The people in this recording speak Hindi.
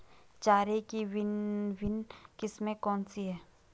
चारे की भिन्न भिन्न किस्में कौन सी हैं?